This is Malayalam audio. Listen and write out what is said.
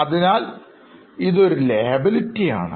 അതിനാൽ ഇതൊരു Liability ആണ്